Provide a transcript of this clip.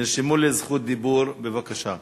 נרשמו לזכות דיבור, בבקשה.